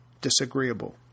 disagreeable